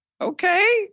Okay